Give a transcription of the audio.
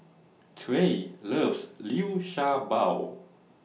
Trae loves Liu Sha Bao